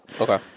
Okay